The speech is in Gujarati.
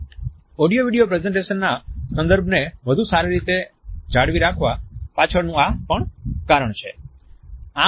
ઓડિયો વિડિયો પ્રેઝન્ટેશનના સંદર્ભને વધુ સારી રીતે જાળવી રાખવા પાછળનું આ પણ કારણ છે